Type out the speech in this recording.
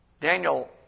Daniel